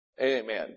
Amen